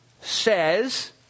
says